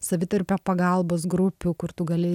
savitarpio pagalbos grupių kur tu gali